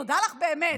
תודה לך באמת,